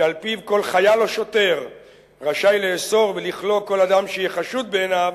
שעל-פיו כל חייל או שוטר רשאי לאסור ולכלוא כל אדם שיהיה חשוד בעיניו,